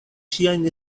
ŝiajn